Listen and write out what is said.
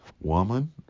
woman